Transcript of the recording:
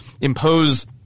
impose